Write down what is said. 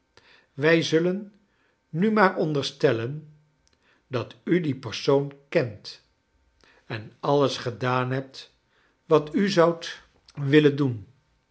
wij sullen nu maar onderstellen dat u die persoon kent en alles gedaan hebt wat u zoudt willen doen